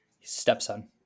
Stepson